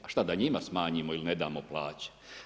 A šta da njima smanjimo ili ne damo plaće?